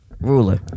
Ruler